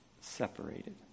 separated